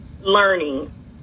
Learning